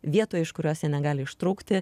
vietoj iš kurios jie negali ištrūkti